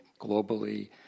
globally